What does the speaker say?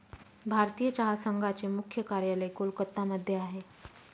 भारतीय चहा संघाचे मुख्य कार्यालय कोलकत्ता मध्ये आहे